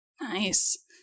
Nice